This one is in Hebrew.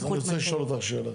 אני רוצה לשאול אותך שאלה.